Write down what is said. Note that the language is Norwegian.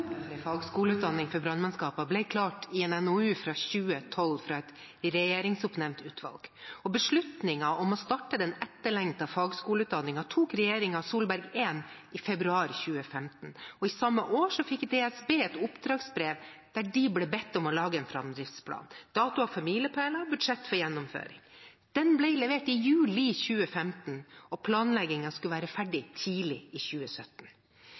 fagskoleutdanning for brannmannskaper ble klart i en NOU fra 2012 fra et regjeringsoppnevnt utvalg. Beslutningen om å starte den etterlengtede fagskoleutdanningen tok regjeringen Solberg I i februar 2015, og samme år fikk DSB et oppdragsbrev der de ble bedt om å lage en framdriftsplan med datoer for milepæler og budsjett for gjennomføring. Den ble levert i juli 2015, og planleggingen skulle være ferdig tidlig i 2017.